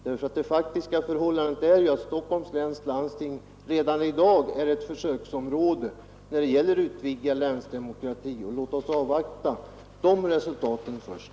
Det faktiska förhållandet är ju att Stockholms läns landsting redan i dag är ett försöksområde när det gäller utvidgad länsdemokrati. Låt oss först avvakta resultaten därav.